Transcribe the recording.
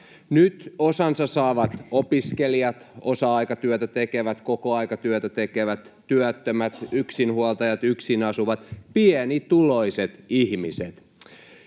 Nyt osansa saavat opiskelijat, osa-aikatyötä tekevät, kokoaikatyötä tekevät, työttömät, yksinhuoltajat ja yksin asuvat pienituloiset ihmiset.